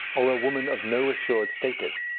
or a woman of no assured status,